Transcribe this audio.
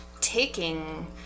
taking